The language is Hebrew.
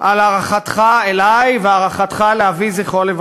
על הערכתך אלי והערכתך לאבי ז"ל.